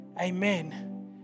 Amen